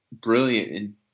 brilliant